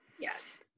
Yes